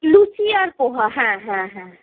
লুচি আর পোহা হ্যাঁ হ্যাঁ হ্যাঁ